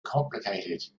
complicated